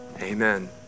Amen